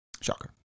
Shocker